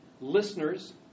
Listeners